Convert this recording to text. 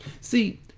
See